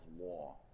law